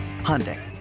Hyundai